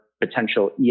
potential